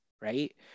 Right